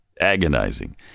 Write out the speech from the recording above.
Agonizing